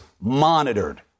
monitored